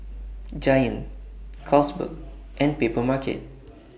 Giant Carlsberg and Papermarket